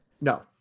No